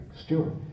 Stewart